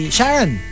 Sharon